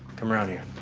come around here